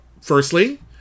firstly